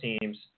teams